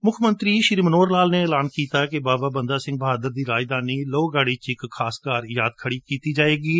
ਮੁੱਖ ਮੰਤਰੀ ਸ੍ਸੀ ਮਨੋਹਰ ਲਾਲ ਨੇ ਐਲਾਨ ਕੀਤਾ ਕਿ ਬਾਬਾ ਬੰਦਾ ਸਿੰਘ ਬਹਾਦਰ ਦੀ ਰਾਜਧਾਨੀ ਲੋਹਗੜ੍ਹ ਵਿੱਚ ਇਕ ਖਾਸ ਯਾਦਗਾਰ ਖੜੀ ਕੀਤੀ ਜਾਵੇਗੀ